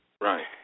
Right